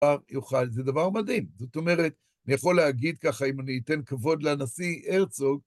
זה דבר מדהים. זאת אומרת, אני יכול להגיד ככה, אם אני אתן כבוד לנשיא הרצוג,